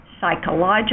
psychological